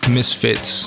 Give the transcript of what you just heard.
Misfits